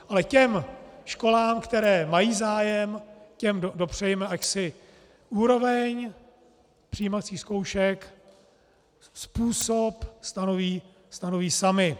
Ale těm školám, které mají zájem, těm dopřejme, ať si úroveň přijímacích zkoušek, způsob stanoví samy.